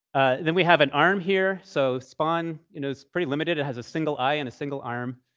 then we have an arm here. so spaun, you know, is pretty limited. it has a single eye and a single arm.